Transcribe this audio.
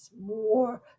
more